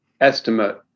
estimate